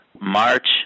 March